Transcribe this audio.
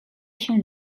się